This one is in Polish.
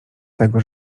tego